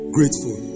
Grateful